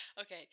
Okay